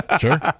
Sure